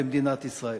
במדינת ישראל.